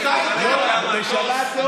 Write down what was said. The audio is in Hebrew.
בשבת לא